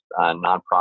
nonprofit